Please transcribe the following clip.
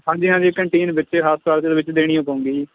ਹਾਂਜੀ ਹਾਂਜੀ ਕੰਟੀਨ ਵਿੱਚ ਹਸਪਤਾਲ ਦੇ ਵਿੱਚ ਦੇਣੀ ਓ ਪਊਗੀ ਜੀ